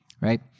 right